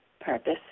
purpose